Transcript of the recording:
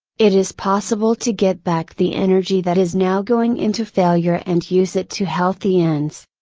it is possible to get back the energy that is now going into failure and use it to healthy ends.